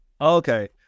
okay